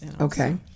Okay